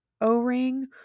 O-ring